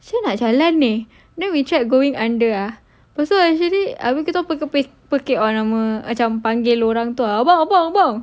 macam mana nak jalan ni then we tried going under ah lepas tu actually ada orang pekik-pekik orang nama macam panggil orang tu ah abang abang abang